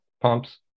pumps